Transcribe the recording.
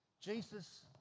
Jesus